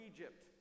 Egypt